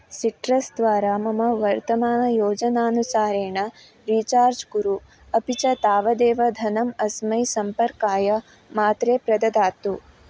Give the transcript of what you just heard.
citrus द्वारा मम वर्तमानयोजनानुसारेण रीचार्ज् कुरु अपि च तावदेव धनम् अस्मै सम्पर्काय मात्रे प्रददातु